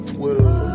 Twitter